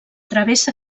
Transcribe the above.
travessa